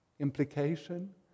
Implication